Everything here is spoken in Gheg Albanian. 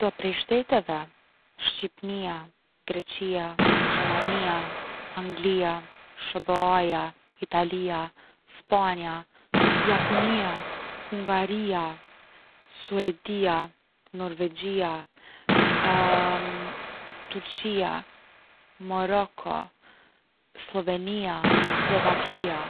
Do prej shteteve, Shqipnia, Greqia, Gjermania, Anglia, SHBA-ja, Italia, Spanja, Japonia, Hungaria, Suedia, Norvegjia Turqia, Moroko, Sllovenia, Sllovakia.